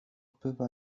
bywa